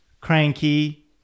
Cranky